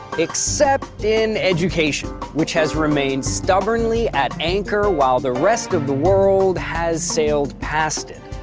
except in education which has remained stubbornly at anchor while the rest of the world has sailed past it.